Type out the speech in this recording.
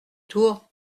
tour